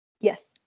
Yes